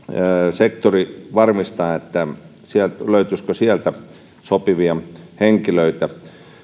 sektori varmistaa löytyisikö sieltä sopivia henkilöitä